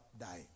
dying